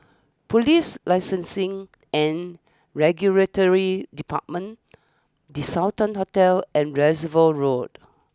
police Licensing and Regulatory Department the Sultan Hotel and Reservoir Road